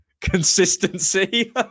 Consistency